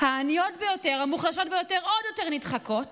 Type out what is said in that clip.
העניות ביותר והמוחלשות ביותר, עוד יותר נדחקות